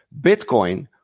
Bitcoin